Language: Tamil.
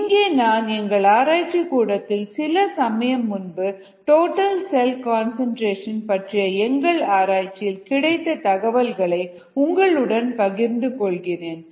இங்கே நான் எங்கள் ஆராய்ச்சி கூடத்தில் சில சமயம் முன்பு டோட்டல் செல் கன்சன்ட்ரேஷன் பற்றிய எங்கள் ஆராய்ச்சியில் கிடைத்த தகவல்களை உங்களுடன் பகிர்ந்து கொள்கிறேன்